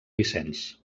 vicenç